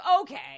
okay